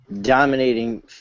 dominating